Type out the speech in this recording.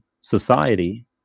society